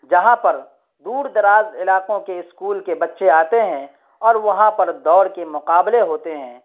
جہاں پر دور دراز علاقوں کے اسکول کے بچے آتے ہیں اور وہاں پر دوڑ کے مقابلے ہوتے ہیں